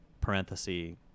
parenthesis